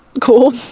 cool